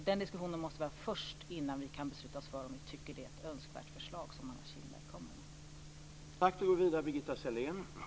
Den diskussionen måste vi ha först, innan vi kan besluta oss för om vi tycker att det är ett önskvärt förslag som Anna Kinberg kommer med.